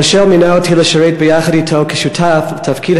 המושל מינה אותי לשרת ביחד אתו כשותף בתפקיד